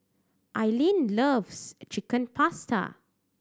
Aileen loves Chicken Pasta